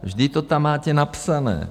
Vždyť to tam máte napsané.